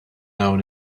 hawn